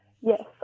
Yes